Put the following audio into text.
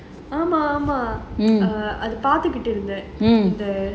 ஆமா ஆமா அத பாத்துக்கிட்டு இருந்தேன்:aamaa aamaa pathukittu irunthaen